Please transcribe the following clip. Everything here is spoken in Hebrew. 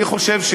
אני חושב,